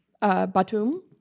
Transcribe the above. Batum